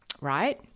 right